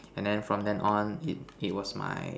and then from then on it it was my